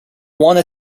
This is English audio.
wanna